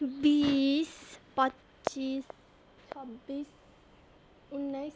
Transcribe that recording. बिस पच्चिस छब्बिस उन्नाइस